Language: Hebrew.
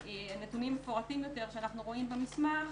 נתונים מפורטים יותר שאנחנו רואים במסמך